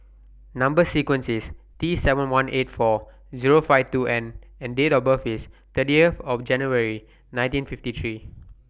Number sequence IS T seven one eight four Zero five two N and Date of birth IS thirtieth of January nineteen fifty three